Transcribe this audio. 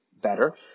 better